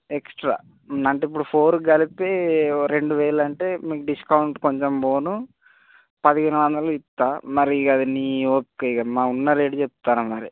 extra అంటే ఇప్పుడు four కలిపి ఓ రెండు వేలు అంటే మీకు డిస్కౌంట్ కొంచెం పోను పదిహేను వందలు ఇస్తాను మరి అది నీ ఓపికి ఇక మా ఉన్న రేటు చెప్తున్న మరి